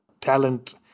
talent